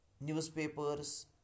newspapers